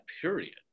Period